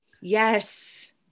Yes